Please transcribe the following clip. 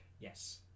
Yes